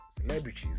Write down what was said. Celebrities